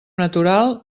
natural